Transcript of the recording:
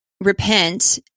repent